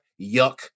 Yuck